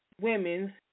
women